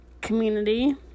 community